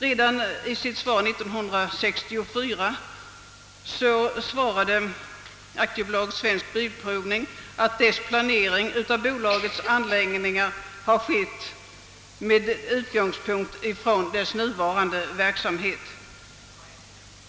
Redan i sitt svar 1964 svarade AB Svensk bilprovning att planeringen av bolagets anläggningar skett med utgångspunkt i dess nuvarande verksamhet.